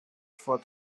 vor